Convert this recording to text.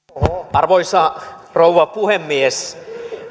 arvoisa rouva puhemies